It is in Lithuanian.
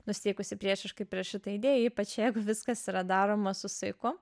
nusiteikusi priešiškai prieš šitą idėją ypač jeigu viskas yra daroma su saiku